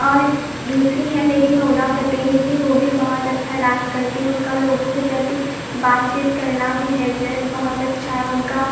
और दूसरी है मेरी नोरा फतेही जी वह भी बहुत अच्छा डांस करती उनका लोगों के प्रति बातचीत करना विहेवियर बहुत अच्छा है उनका